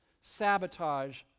sabotage